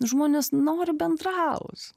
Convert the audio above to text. žmonės nori bendraut